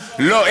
לא.